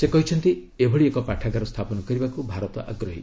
ସେ କହିଛନ୍ତି ଏଭଳି ଏକ ପାଠାଗାର ସ୍ଥାପନ କରିବାକୁ ଭାରତ ଆଗ୍ରହୀ